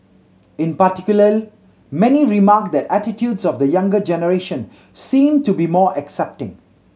in particular many remarked that attitudes of the younger generation seem to be more accepting